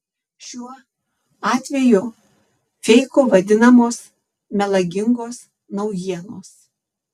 šiuo atveju feiku vadinamos melagingos naujienos